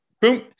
boom